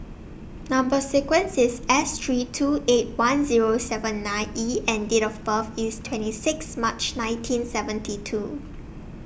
Number sequence IS S three two eight one Zero seven nine E and Date of birth IS twenty six March nineteen seventy two